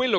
fare